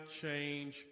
change